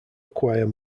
acquire